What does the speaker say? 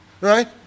right